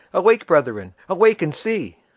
awake, brethren, awake and see!